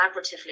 collaboratively